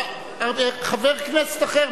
חבר כנסת אחר.